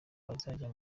bazajya